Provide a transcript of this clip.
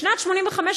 בשנת 1985,